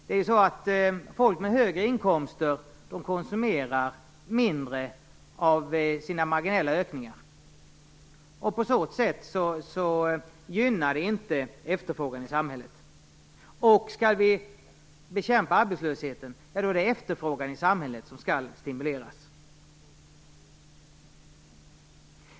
Människor med högre inkomster konsumerar mindre av sina marginella ökningar. På så sätt gynnar de inte efterfrågan i samhället. Skall vi bekämpa arbetslösheten är det efterfrågan i samhället som skall stimuleras.